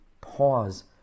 pause